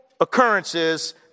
occurrences